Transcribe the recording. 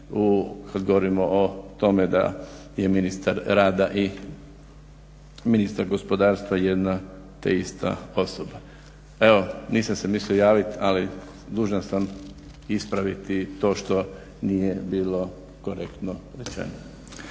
kad govorimo o tome da je ministar rada i ministar gospodarstva jedna te ista osoba. Evo nisam se mislio javiti ali dužan sam ispraviti to što nije bilo korektno rečeno.